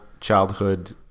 childhood